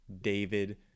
David